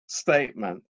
statement